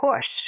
push